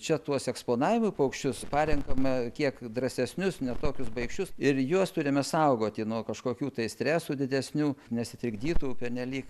čia tuos eksponavimui paukščius parenkame kiek drąsesnius ne tokius baikščius ir juos turime saugoti nuo kažkokių tai stresų didesnių nesitrikdytų pernelyg